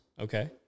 Okay